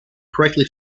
correctly